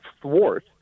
thwart